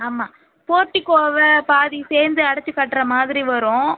ஆமாம் போர்ட்டிகோவை பாதி சேர்ந்து அடச்சு கட்டுற மாதிரி வரும்